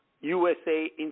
USA